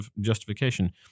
justification